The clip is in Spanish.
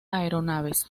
aeronaves